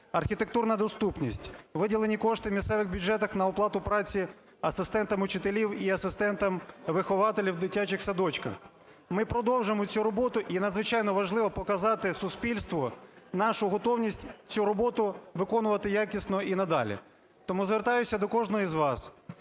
архітектурна доступність, виділені кошти в місцевих бюджетах на оплату праці асистентам вчителів і асистентам вихователів у дитячих садочках. Ми продовжуємо цю роботу, і надзвичайно важливо показати суспільству нашу готовність цю роботу виконувати якісно і надалі. Тому звертаюся до кожного з вас